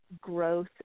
growth